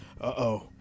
Uh-oh